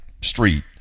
street